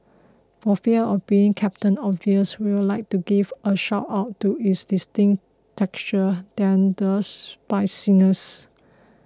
for fear of being Captain Obvious we'd like to give a shout out to its distinct texture than the spiciness